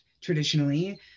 traditionally